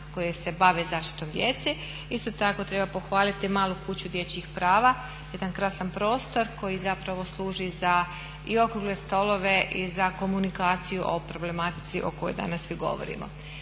koje se bave zaštitom djece. Isto tako treba pohvaliti malu kuću dječjih prava, jedan krasan prostor koji zapravo služi za i okrugle stolove i za komunikaciju o problematici o kojoj danas govorimo.